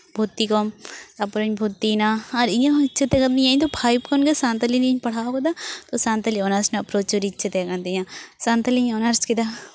ᱵᱷᱚᱛᱛᱤ ᱠᱚᱢ ᱛᱟᱨᱯᱚᱨᱮᱧ ᱵᱷᱚᱨᱛᱤᱭᱮᱱᱟ ᱟᱨ ᱤᱧᱟᱹᱜ ᱦᱚᱸ ᱤᱪᱪᱷᱟᱹ ᱛᱟᱦᱮᱸ ᱠᱟᱱ ᱛᱤᱧᱟᱹ ᱯᱷᱟᱭᱤᱵᱷ ᱠᱷᱚᱱᱜᱮ ᱥᱟᱱᱛᱟᱞᱤ ᱛᱤᱧ ᱯᱟᱲᱦᱟᱣ ᱟᱠᱟᱫᱟ ᱥᱟᱱᱛᱟᱞᱤ ᱚᱱᱟᱨᱥ ᱨᱮᱱᱟᱜ ᱯᱨᱚᱪᱩᱨ ᱤᱪᱪᱷᱟᱹ ᱛᱟᱦᱮᱸ ᱠᱟᱱ ᱛᱤᱧᱟᱹ ᱥᱟᱱᱛᱟᱞᱤᱧ ᱚᱱᱟᱨᱥ ᱠᱮᱫᱟ